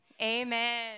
amen